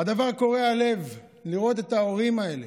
קורע לב לראות את ההורים האלה.